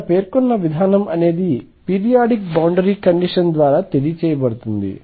ఇక్కడ పేర్కొన్న విధానం అనేది పీరియాడిక్ బౌండరీ కండిషన్ ద్వారా తెలియచేయబడుతుంది